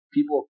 People